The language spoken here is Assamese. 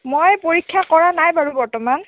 মই পৰীক্ষা কৰা নাই বাৰু বৰ্তমান